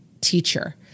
teacher